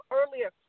earlier